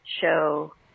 show